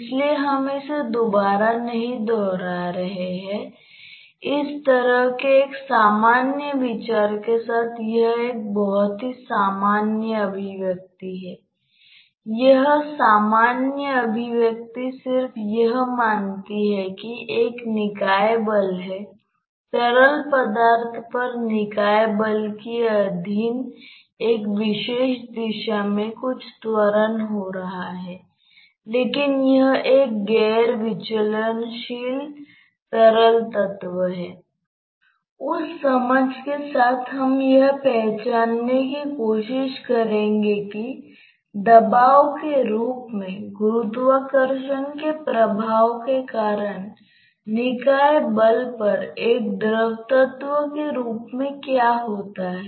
इसलिए हमें उस अभिव्यक्ति को लिखने के लिए एक कंट्रोल वॉल्यूम को ठीक करना होगा क्योंकि आपको विशिष्ट सतहों की आवश्यकता होती है